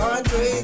Andre